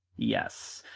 yes.